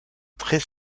très